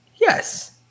Yes